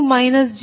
2 j2